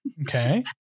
Okay